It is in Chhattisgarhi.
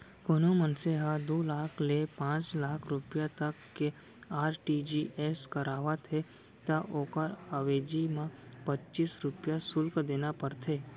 कोनों मनसे ह दू लाख ले पांच लाख रूपिया तक के आर.टी.जी.एस करावत हे त ओकर अवेजी म पच्चीस रूपया सुल्क देना परथे